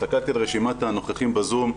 הסתכלתי על רשימת הנוכחים בזום,